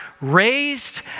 raised